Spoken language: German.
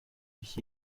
mich